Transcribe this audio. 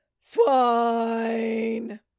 swine